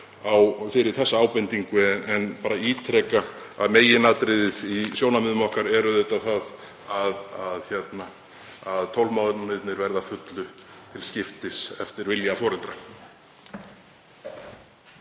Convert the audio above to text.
fyrir þessa ábendingu en bara ítreka að meginatriðið í sjónarmiðum okkar er auðvitað það að að 12 mánuðirnir verði að fullu til skipta eftir vilja foreldra.